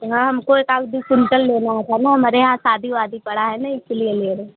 हाँ हमको एकाध दो क्विंटल लेना होता है ना हमारे यहाँ शादी वादी पड़ा है ना इसलिए ले रहें